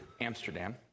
Amsterdam